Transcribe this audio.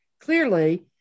clearly